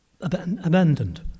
abandoned